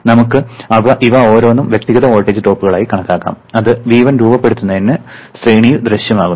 നമുക്ക് ഇവ ഓരോന്നും വ്യക്തിഗത വോൾട്ടേജ് ഡ്രോപ്പുകളായി കണക്കാക്കാം അത് V1 രൂപപ്പെടുത്തുന്നതിന് ശ്രേണിയിൽ ദൃശ്യമാകുന്നു